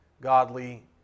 godly